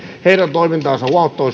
heidän toimintansa